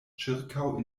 ĉirkaŭ